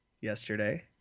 yesterday